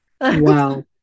Wow